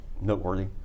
noteworthy